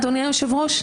אדוני היושב-ראש,